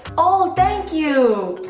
oh, thank you.